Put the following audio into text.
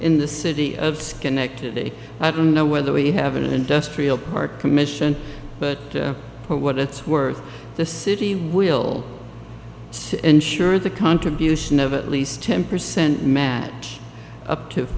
in the city of schenectady i don't know whether we have an industrial park commission but for what it's worth the city will say insure the contribution of at least ten percent match up to